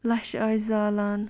لَشہِ ٲسۍ زالان